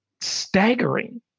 staggering